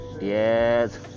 yes